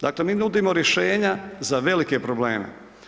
Dakle, mi nudimo rješenja za velike probleme.